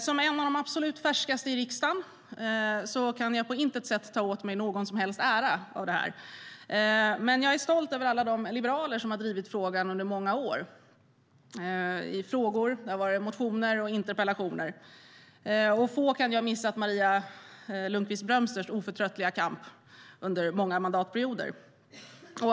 Som en av de absolut färskaste i riksdagen kan jag på intet sätt ta åt mig någon ära för detta, men jag är stolt över de liberaler som har drivit saken under många år med frågor, motioner och interpellationer. Få kan ha missat Maria Lundqvist Brömsters oförtröttliga kamp under många mandatperioder.